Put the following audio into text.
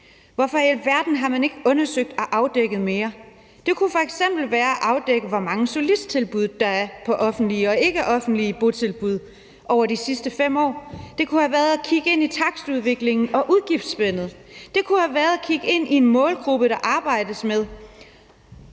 Hvorfor i alverden har man ikke undersøgt og afdækket mere? Det kunne f.eks. være at afdække, hvor mange solisttilbud der er på offentlige og ikkeoffentlige botilbud, over de sidste 5 år. Det kunne have været at kigge ind i takstudviklingen og udgiftsspændet. Det kunne have været at kigge ind i en målgruppe, der arbejdes med,